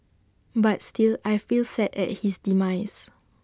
but still I feel sad at his demise